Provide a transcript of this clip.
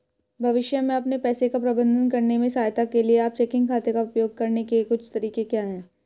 भविष्य में अपने पैसे का प्रबंधन करने में सहायता के लिए आप चेकिंग खाते का उपयोग करने के कुछ तरीके क्या हैं?